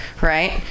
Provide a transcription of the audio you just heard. right